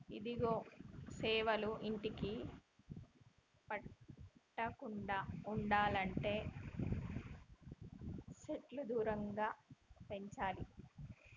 ఇదిగో సేవలు ఇంటికి పట్టకుండా ఉండనంటే సెట్లు దూరంగా పెంచాలి